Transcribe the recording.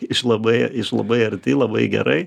iš labai labai arti labai gerai